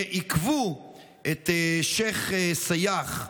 עיכבו את השייח' סייח,